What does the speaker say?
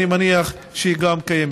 אני מניח שהיא גם קיימת.